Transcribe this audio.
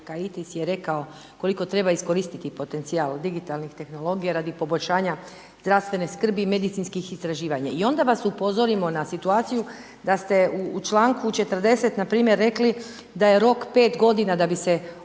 je rekao koliko treba iskoristiti potencijal digitalnih tehnologija radi poboljšanja zdravstven skrbi i medicinskih istraživanja. I onda vas upozorimo na situaciju da ste u članku 40. npr. rekli da je rok 5 g. da bi se